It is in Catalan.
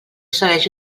segueix